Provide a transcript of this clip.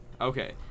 Okay